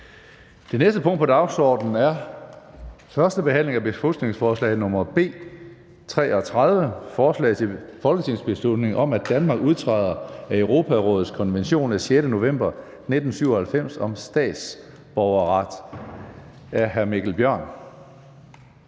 Det næste punkt på dagsordenen er: 2) 1. behandling af beslutningsforslag nr. B 33: Forslag til folketingsbeslutning om, at Danmark udtræder af Europarådets konvention af 6. november 1997 om statsborgerret